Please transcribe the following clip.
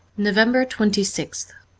november twenty sixth